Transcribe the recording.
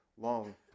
Long